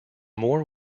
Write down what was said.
more